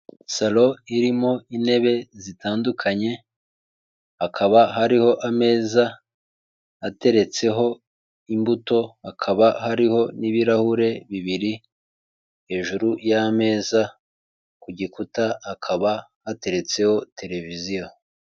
Salo irimo intebe zitandukanye, hakaba hariho ameza ateretseho imbuto, akaba hariho n'ibirahure bibiri hejuru y'ameza, ku gikuta hakaba hateretseho televiziyo.